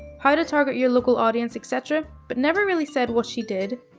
how to target your local audience, etcetera, but never really said what she did.